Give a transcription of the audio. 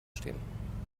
stehen